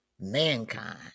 Mankind